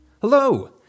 Hello